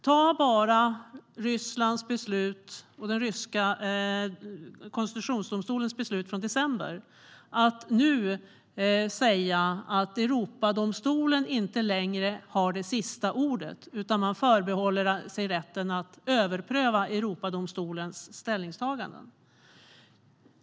Man kan som exempel ta den ryska konstitutionsdomstolens beslut från december om att Europadomstolen inte längre har det sista ordet utan att man förbehåller sig rätten att överpröva Europadomstolens ställningstaganden.